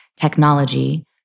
technology